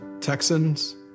Texans